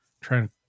trying